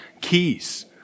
keys